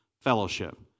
fellowship